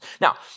Now